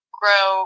grow